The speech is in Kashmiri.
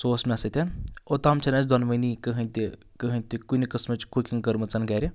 سُہ اوس مےٚ سۭتٮ۪ن اوٚتام چھِنہٕ اَسہِ دۄنوٕنی کٕہٲنۍ تہِ کٕہٲنۍ تہِ کُنہِ قٕسمٕچ کُکِنٛگ کٔرۍ مٕژَن گَرِ